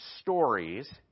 stories